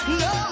no